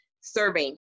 serving